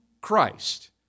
Christ